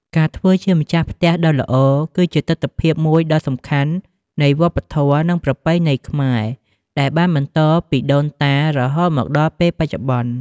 ការធ្វើជាម្ចាស់ផ្ទះដ៏ល្អ គឺជាទិដ្ឋភាពមួយដ៏សំខាន់នៃវប្បធម៌ និងប្រពៃណីខ្មែរ ដែលបានបន្តពីដូនតារហូតមកដល់ពេលបច្ចុប្បន្ន។